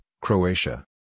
Croatia